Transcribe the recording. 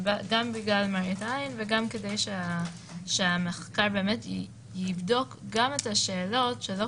גם בגלל מראית עין וגם כדי שהמחקר יבדוק גם את השאלות שלא